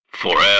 FOREVER